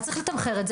אז צריך לתמחר את זה.